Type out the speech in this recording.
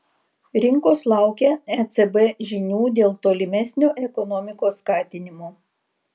rinkos laukia ecb žinių dėl tolimesnio ekonomikos skatinimo